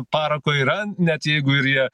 parako yra net jeigu ir jie